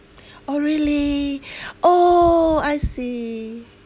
orh really oh I see